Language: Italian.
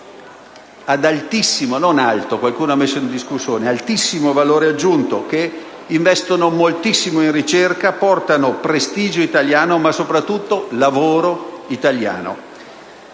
discussione) valore aggiunto, che investono moltissimo in ricerca, portando prestigio italiano, ma soprattutto lavoro italiano.